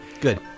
Good